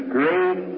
great